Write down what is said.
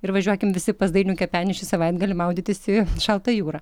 ir važiuokim visi pas dainių kepenį šį savaitgalį maudytis į šaltą jūrą